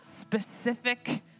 specific